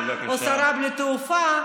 או שרה בלי תעופה,